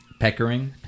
Peckering